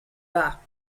bas